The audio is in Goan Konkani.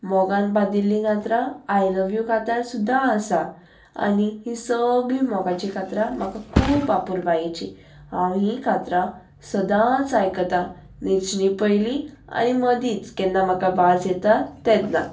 मोगान बदिल्लीं कातरां आय लव यू कात्यार सुद्दां आसा आनी हीं सगळीं मोगाची कातरां म्हाका खूब आपूर बायेची हांव हीं कातरां सदांच आयकतां न्हचणी पयलीं आनी मदींच केन्ना म्हाका वाज येता तेदना